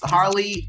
Harley